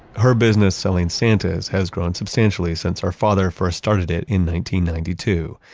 her business, selling santas, has grown substantially since her father first started it in ninety ninety two.